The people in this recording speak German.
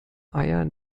eier